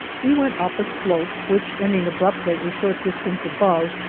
we went up a slope, which, ending abruptly a short distance above,